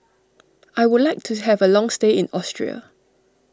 I would like to have a long stay in Austria